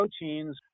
proteins